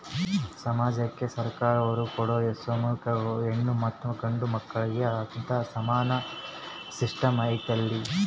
ಸಮಾಜಕ್ಕೆ ಸರ್ಕಾರದವರು ಕೊಡೊ ಸ್ಕೇಮುಗಳಲ್ಲಿ ಹೆಣ್ಣು ಮತ್ತಾ ಗಂಡು ಮಕ್ಕಳಿಗೆ ಅಂತಾ ಸಮಾನ ಸಿಸ್ಟಮ್ ಐತಲ್ರಿ?